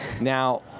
Now